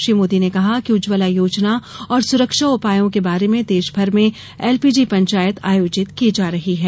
श्री मोदी ने कहा कि उज्जवला योजना और सुरक्षा उपायों के बारे में देशभर में एलपीजी पंचायत आयोजित की जा रही है